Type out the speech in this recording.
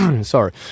Sorry